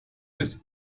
bis